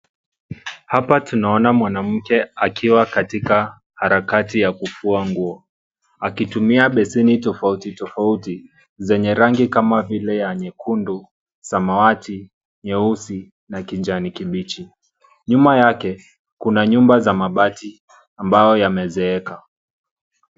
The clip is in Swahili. Hapa tunaona mwanamke akiwa katika harakati ya kufua nguo, akitumia beseni tofauti tofauti zenye rangi kama vile ya nyekundu, samawati, nyeusi na kijani kibichi. Nyuma yake kuna nyumba ya mabati ambayo yamezeeka.